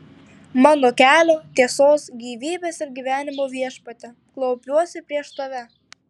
mano kelio tiesos gyvybės ir gyvenimo viešpatie klaupiuosi prieš tave